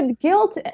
and guilt,